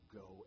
go